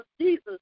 Jesus